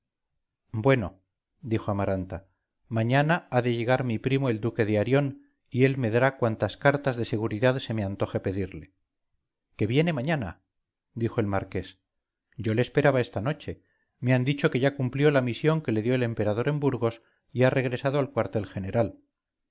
bueno dijo amaranta mañana ha de llegar mi primo el duque de arión y él me dará cuantas cartas de seguridad se me antoje pedirle que viene mañana dijo el marqués yo le esperaba esta noche me han dicho que ya cumplió la misión que le dio el emperador en burgos y ha regresado al cuartel general